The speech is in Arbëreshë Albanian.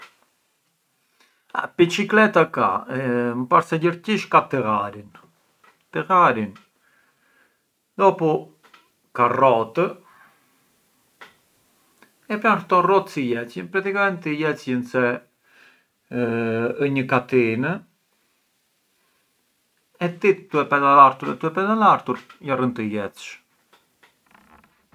Biçikleta ka, më para se gjërgjish ka tillarin, tillarin, dopu ka rotë, e këto rotë si jecjën, praticamenti jecjën se ë një katin e ti tue pedalartur e pedalartur jarrën të jecsh.